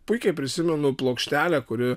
puikiai prisimenu plokštelę kuri